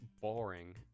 boring